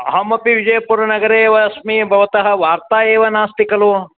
अहमपि विजयपुरनगरे एव अस्मि भवतः वार्ता एव नास्ति खलु